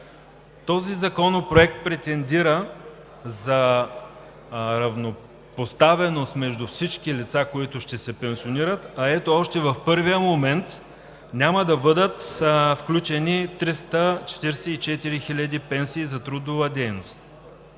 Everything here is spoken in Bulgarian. Този законопроект претендира за равнопоставеност между всички лица, които ще се пенсионират, а ето, още в първия момент няма да бъдат включени 344 хиляди пенсии за трудова дейност.